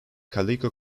calico